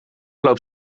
loopt